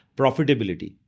profitability